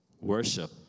Worship